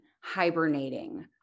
hibernating